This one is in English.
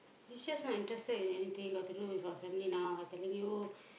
he's just not interested in anything got to do with our family now I telling you